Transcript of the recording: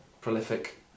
prolific